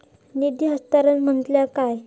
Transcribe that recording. निधी हस्तांतरण म्हटल्या काय?